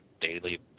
daily